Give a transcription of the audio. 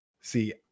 See